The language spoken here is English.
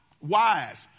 wives